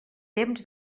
temps